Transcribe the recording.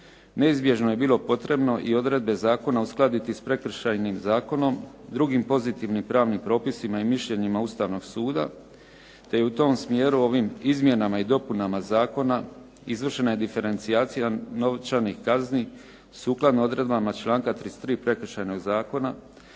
neizbježno je bilo potrebno i odredbe zakona uskladiti s Prekršajnim zakonom, drugim pozitivnim pravnim propisima i mišljenjima Ustavnog suda, te je u tom smjeru u ovim izmjenama i dopunama zakona izvršena je diferencijacija novčanih kazni, sukladno odredbama članka 33. Prekršajnog zakona,